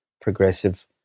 progressive